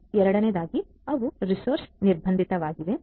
ಎರಡನೆಯದಾಗಿ ಅವು ರಿಸೋರ್ಸಸ್ ನಿರ್ಬಂಧಿತವಾಗಿವೆ